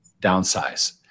downsize